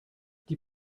die